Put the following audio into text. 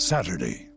Saturday